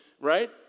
right